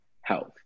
health